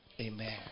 Amen